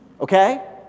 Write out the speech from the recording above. Okay